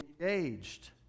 engaged